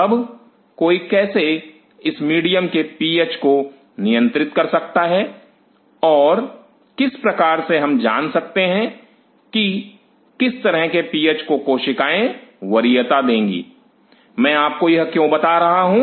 अब कोई कैसे इस मीडियम के पीएच को नियंत्रित कर सकता है और किस प्रकार से हम जान सकते हैं कि किस तरह के पीएच को कोशिकाएं वरीयता देंगी मैं आपको यह क्यों बता रहा हूं